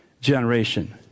generation